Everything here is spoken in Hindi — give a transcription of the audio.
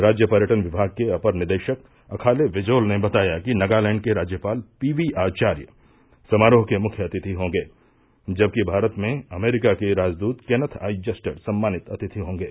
राज्य पर्यटन विमाग के अपर निदेशक अखाले विजोल ने बताया कि नगालैंड के राज्यपाल पीवी आवार्य समारोह के मुख्य अतिथि होंगे जबकि भारत में अमरीका के राजदूत केनथ आई जस्टर सम्मानित अतिथि होंगे